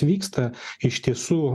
vyksta iš tiesų